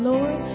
Lord